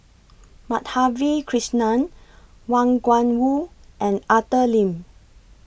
Madhavi Krishnan Wang Gungwu and Arthur Lim